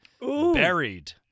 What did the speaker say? buried